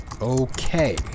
Okay